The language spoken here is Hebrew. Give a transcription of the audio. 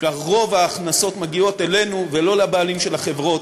רוב ההכנסות מגיעות אלינו ולא לבעלים של החברות.